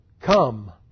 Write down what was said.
Come